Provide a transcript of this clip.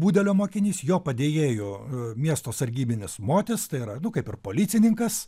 budelio mokinys jo padėjėju miesto sargybinis motis tai yra nu kaip ir policininkas